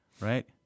Right